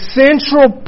central